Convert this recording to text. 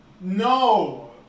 No